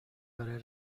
برای